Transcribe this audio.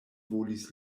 volis